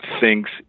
thinks